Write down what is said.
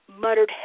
muttered